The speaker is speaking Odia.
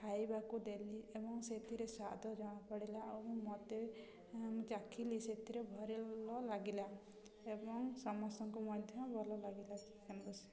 ଖାଇବାକୁ ଦେଲି ଏବଂ ସେଥିରେ ସ୍ୱାଦ ଜଣା ପଡ଼ିଲା ଆଉ ମତେ ଚାଖିଲି ସେଥିରେ ଭଲ ଲାଗିଲା ଏବଂ ସମସ୍ତଙ୍କୁ ମଧ୍ୟ ଭଲ ଲାଗିଲା